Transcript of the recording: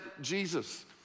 Jesus